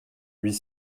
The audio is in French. huit